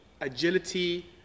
agility